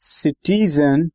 citizen